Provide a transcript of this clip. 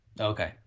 Okay